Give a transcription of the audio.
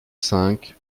cinq